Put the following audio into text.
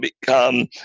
become